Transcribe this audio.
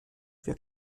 wir